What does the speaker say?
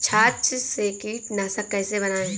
छाछ से कीटनाशक कैसे बनाएँ?